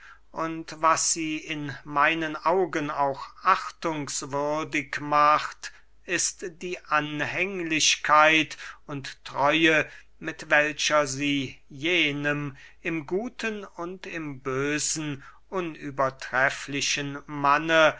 und was sie in meinen augen auch achtungswürdig macht ist die anhänglichkeit und treue mit welcher sie jenem im guten und im bösen unübertrefflichen manne